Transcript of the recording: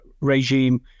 regime